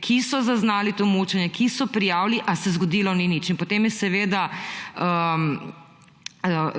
ki so zaznali to mučenje, ki so prijavili, a se zgodilo ni nič. In potem je seveda